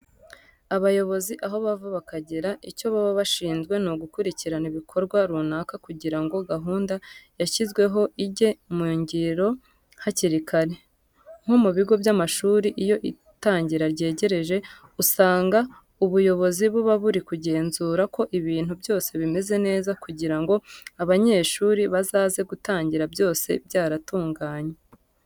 Abayobozi aho bava bakagera icyo baba bashinzwe ni ugukurikirana ibikorwa runaka kugira ngo gahunda yashyizweho ijye mu ngiro hakiri kare. Nko mu bigo by'amashuri iyo itangira ryegereje usanga ubuyobozi buba buri kugenzura ko ibintu byose bimeze neza kugira ngo abanyeshuri bazaze gutangira byose byaratunganye.